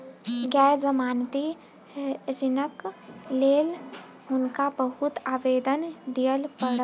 गैर जमानती ऋणक लेल हुनका बहुत आवेदन दिअ पड़ल